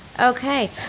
Okay